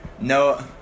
No